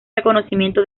reconocimiento